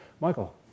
Michael